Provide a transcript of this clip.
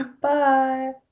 Bye